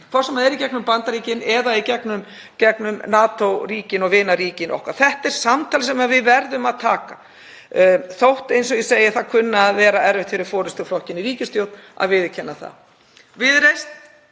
það er í gegnum Bandaríkin eða í gegnum NATO-ríkin og vinaríki okkar. Þetta er samtal sem við verðum að taka þótt, eins og ég segi, það kunni að vera erfitt fyrir forystuflokkinn í ríkisstjórn að viðurkenna það. Viðreisn